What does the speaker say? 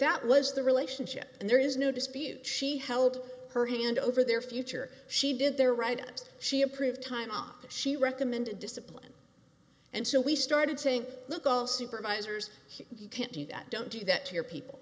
that was the relationship and there is no dispute she held her hand over their future she did their write ups she approved time off she recommended discipline and so we started saying look all supervisors you can't do that don't do that to your people